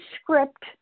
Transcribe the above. script